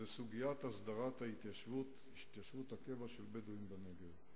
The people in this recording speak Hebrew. זו סוגיית הסדרת התיישבות הקבע של בדואים בנגב.